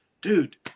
dude